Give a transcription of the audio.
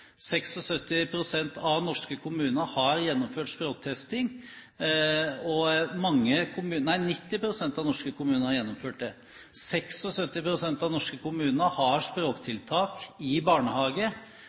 90 pst. av norske kommuner har gjennomført språktesting, 76 pst. av norske kommuner har